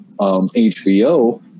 HBO